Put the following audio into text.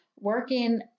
working